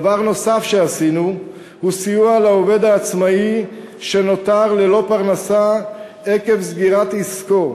דבר נוסף שעשינו הוא סיוע לעובד העצמאי שנותר ללא פרנסה עקב סגירת עסקו,